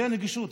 זה נגישות,